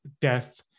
death